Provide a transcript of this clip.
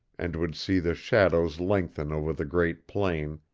and would see the shadows lengthen over the great plain,